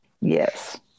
Yes